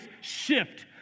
shift